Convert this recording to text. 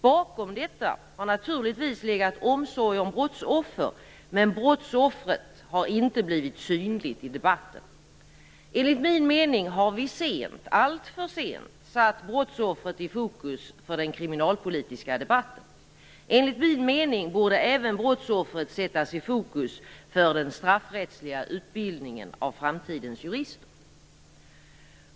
Bakom detta har naturligtvis legat omsorg om brottsoffer, men brottsoffret har inte blivit synligt i debatten. Enligt min mening har vi sent, alltför sent, satt brottsoffret i fokus för den kriminalpolitiska debatten. Enligt min mening borde även brottsoffret sättas i fokus för den straffrättsliga utbildningen av framtidens jurister.